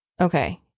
okay